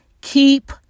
keep